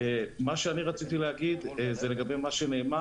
רציתי להגיב לנאמר